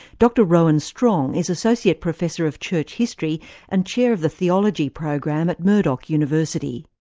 dr rowan strong is associate professor of church history and chair of the theology program at murdoch university.